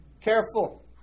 Careful